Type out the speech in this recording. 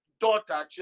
daughter